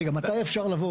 רגע, מתי אפשר לבוא?